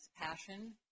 passion